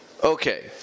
Okay